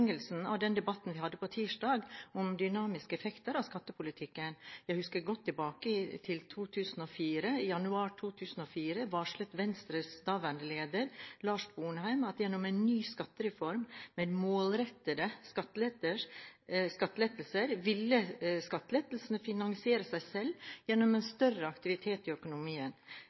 av den debatten vi hadde på tirsdag, om dynamiske effekter av skattepolitikken. Jeg husker godt tilbake til 2004. I januar det året varslet Venstres daværende leder, Lars Sponheim, at gjennom en ny skattereform, med målrettede skattelettelser, ville skattelettelsene finansiere seg selv gjennom en større aktivitet i økonomien.